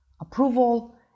approval